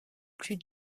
plus